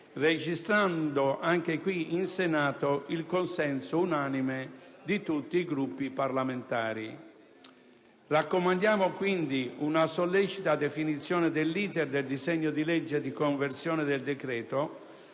registrando anche qui in Senato il consenso unanime di tutti i Gruppi parlamentari. Raccomandiamo quindi una sollecita definizione dell'*iter* del disegno di legge di conversione del decreto